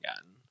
again